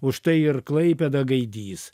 užtai ir klaipėda gaidys